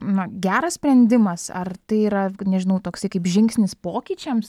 na geras sprendimas ar tai yra nežinau toksai kaip žingsnis pokyčiams